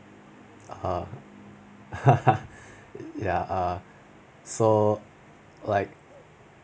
uh ya uh so like